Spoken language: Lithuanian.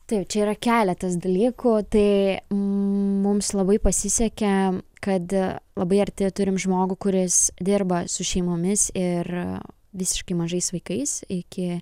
taip čia yra keletas dalykų tai mums labai pasisekė kad labai arti turim žmogų kuris dirba su šeimomis ir visiškai mažais vaikais iki